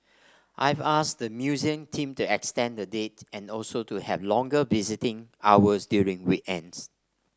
I've asked the museum team to extend the date and also to have longer visiting hours during weekends